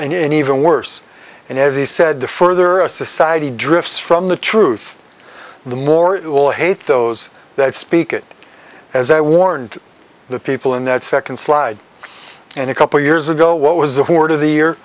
us and even worse and as he said the further a society drifts from the truth the more it will hate those that speak it as i warned the people in that second slide and a couple of years ago what was the horde of the year